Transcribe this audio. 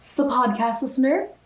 the podcast listener.